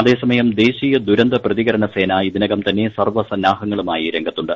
അതേ സമയം ദേശീയ ദുരന്ത പ്രതികരണ സേന ഇതിനകം തന്നെ സർവ്വ സന്നാഹങ്ങളുമായി രംഗത്തുണ്ട്